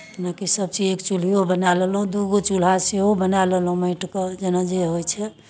जेनाकि सभचीज चूल्हिओ बना लेलहुँ दूगो चूल्हा सेहो बना लेलहुँ माटिके जेना जे होइ छै